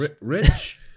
Rich